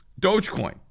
Dogecoin